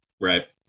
Right